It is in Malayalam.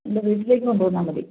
എൻ്റെ വീട്ടിലേക്ക് കൊണ്ടു വന്നാൽ മതി